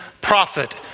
prophet